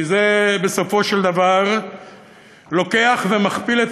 כי זה בסופו של דבר לוקח ומכפיל את